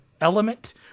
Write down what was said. Element